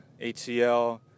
HCL